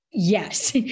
Yes